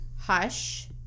Hush